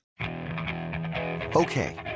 Okay